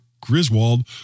Griswold